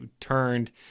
turned